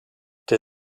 der